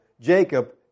Jacob